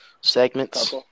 segments